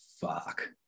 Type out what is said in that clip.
fuck